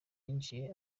yinjiye